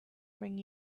bring